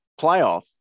playoff